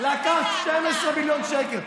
לקחת 12 מיליון שקלים.